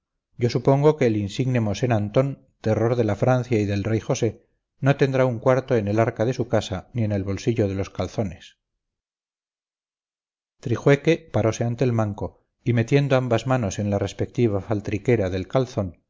yo supongo que el insigne mosén antón terror de la francia y del rey josé no tendrá un cuarto en el arca de su casa ni en el bolsillo de los calzones trijueque parose ante el manco y metiendo ambas manos en la respectiva faltriquera del calzón